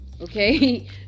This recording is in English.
Okay